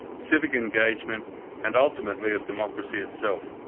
civic engagement and, ultimately, of democracy itself.